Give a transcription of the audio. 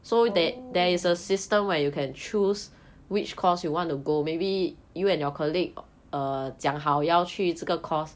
oh